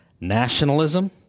nationalism